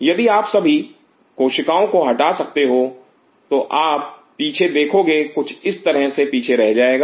यदि आप सभी कोशिकाओं को हटा सकते हो तो आप पीछे देखोगे कुछ इस तरह से पीछे रह जाएगा